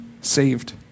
saved